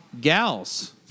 gals